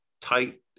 tight